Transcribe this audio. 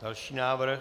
Další návrh.